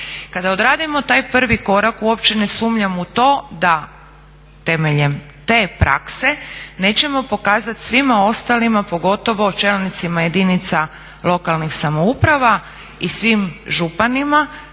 Kada odradimo taj prvi korak uopće ne sumnjam u to da temeljem te prakse nećemo pokazat svima ostalima, pogotovo čelnicima jedinica lokalnih samouprava i svim županima